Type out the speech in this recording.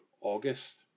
August